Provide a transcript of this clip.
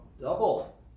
double